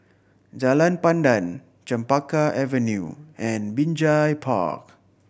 Jalan Pandan Chempaka Avenue and Binjai Park